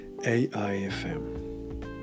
AIFM